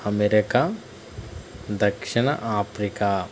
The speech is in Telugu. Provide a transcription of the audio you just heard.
అమెరికా దక్షిణ ఆఫ్రికా